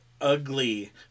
Ugly